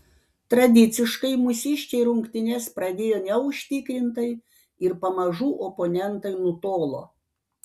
tradiciškai mūsiškiai rungtynes pradėjo neužtikrintai ir pamažu oponentai nutolo